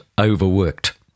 overworked